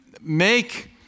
make